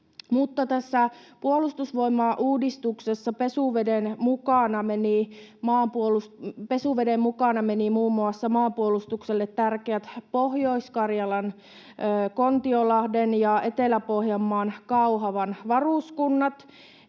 puolustusvoimauudistuksessa pesuveden mukana menivät muun muassa maanpuolustukselle tärkeät Pohjois-Karjalan Kontiolahden ja Etelä-Pohjanmaan Kauhavan varuskunnat.